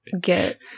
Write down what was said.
Get